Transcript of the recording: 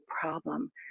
problem